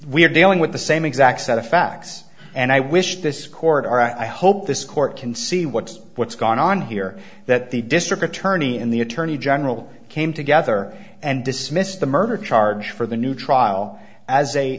are dealing with the same exact set of facts and i wish this court are i hope this court can see what's what's going on here that the district attorney and the attorney general came together and dismissed the murder charge for the new trial as a